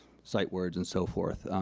sight words, and so forth,